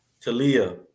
Talia